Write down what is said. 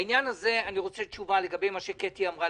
אני רוצה תשובה לגבי מה שקטי אמרה,